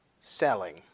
Selling